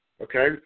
okay